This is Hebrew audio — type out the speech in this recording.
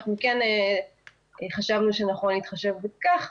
אנחנו כן חשבנו שנכון להתחשב בכך,